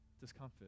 Discomfort